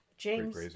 James